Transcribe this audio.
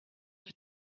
were